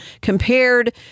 compared